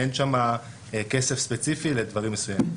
אין שם כסף ספציפי לדברים מסוימים.